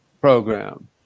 program